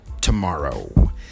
tomorrow